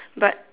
but